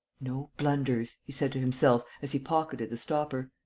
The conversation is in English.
no blunders! he said to himself, as he pocketed the stopper.